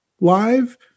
live